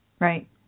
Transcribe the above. right